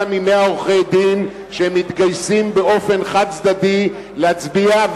מ-100 עורכי-דין שמתגייסים באופן חד-צדדי להצביע,